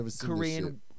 Korean